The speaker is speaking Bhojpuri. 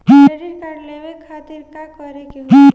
क्रेडिट कार्ड लेवे खातिर का करे के होई?